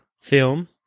film